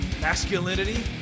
Masculinity